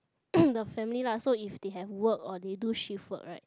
the family lah so if they have work or they do shift work right